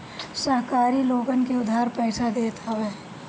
सहकारी लोगन के उधार पईसा देत हवे